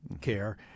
care